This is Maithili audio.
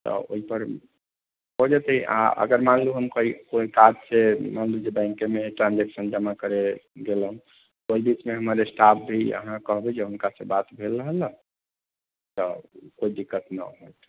तऽ ओहि पर हो जेतै आ अगर मान लु हम कहीँ कोइ काजसँ मान लु जे बैङ्केमे ट्रान्जैक्शन जमा करै गेलहुँ ओहि बीचमे हमर स्टाफ भी अहाँ कहबै जे हुनकासँ बात भेल रहल हँ तऽ कोइ दिक्कत नहि होएत